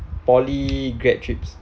poly grad trips